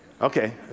Okay